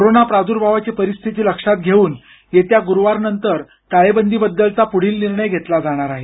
corona प्रादुर्भावाची परिस्थिती लक्षात घेऊन येत्या गुरुवार नंतर टाळेबंदीबद्दलचा पुढील निर्णय घेतला जाणार आहे